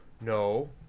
no